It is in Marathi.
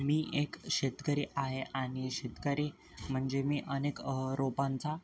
मी एक शेतकरी आहे आणि शेतकरी म्हणजे मी अनेक रोपांचा